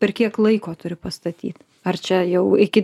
per kiek laiko turi pastatyt ar čia jau iki